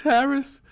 Harris